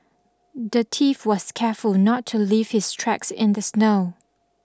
the thief was careful not to leave his tracks in the snow